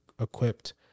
equipped